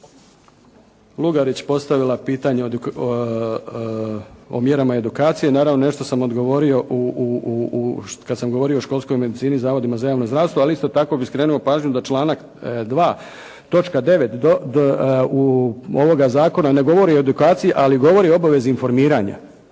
Lugarić postavila pitanje o mjerama edukacije. Naravno, nešto sam odgovorio kad sam govorio o školskoj medicini i zavodima za javno zdravstvo, ali isto tako bih skrenuo pažnju da članak 2. točka 9. ovoga zakona ne govori o edukaciji, ali govori o obavezi informiranja.